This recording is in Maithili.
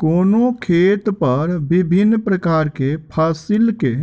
कोनो खेत पर विभिन प्रकार के फसिल के